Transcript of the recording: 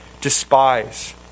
despise